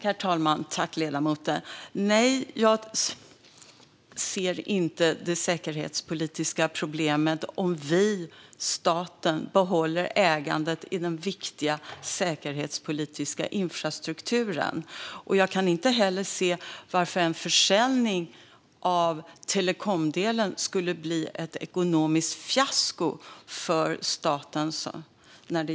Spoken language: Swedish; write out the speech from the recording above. Herr talman! Tack, ledamoten! Nej, jag ser inte det säkerhetspolitiska problemet om vi, staten, behåller ägandet av den säkerhetspolitiskt viktiga infrastrukturen. Jag kan inte heller se varför en försäljning av telekomdelen skulle bli ett ekonomiskt fiasko för staten.